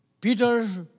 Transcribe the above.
Peter's